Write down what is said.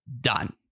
done